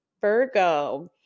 Virgo